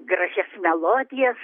gražias melodijas